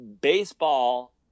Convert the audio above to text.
baseball